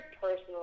personal